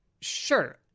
Sure